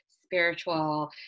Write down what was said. spiritual